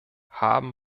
haben